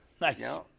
Nice